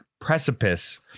precipice